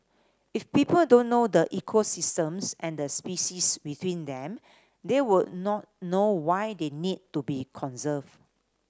if people don't know the ecosystems and the species within them they would not know why they need to be conserve